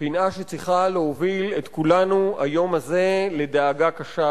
פינה שצריכה להוביל את כולנו היום הזה לדאגה קשה,